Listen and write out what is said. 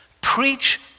preach